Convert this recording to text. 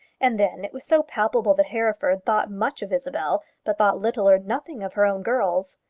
and then it was so palpable that hereford thought much of isabel, but thought little or nothing of her own girls.